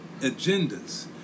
agendas